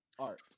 art